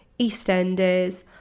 EastEnders